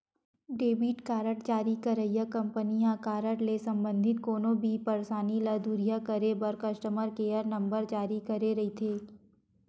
debit card जारी करइया कंपनी ह कारड ले संबंधित कोनो भी परसानी ल दुरिहा करे बर कस्टमर केयर नंबर जारी करे रहिथे